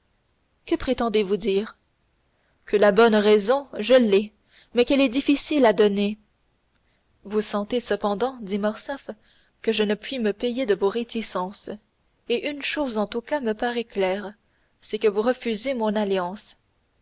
que prétendez-vous dire que la bonne raison je l'ai mais qu'elle est difficile à donner vous sentez cependant dit morcerf que je ne puis me payer de vos réticences et une chose en tout cas me paraît claire c'est que vous refusez mon alliance